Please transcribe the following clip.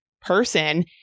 person